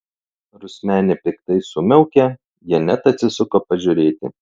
rusmenė piktai sumiaukė jie net atsisuko pažiūrėti